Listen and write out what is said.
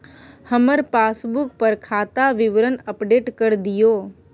हमर पासबुक पर खाता विवरण अपडेट कर दियो